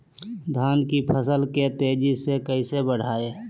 धान की फसल के तेजी से कैसे बढ़ाएं?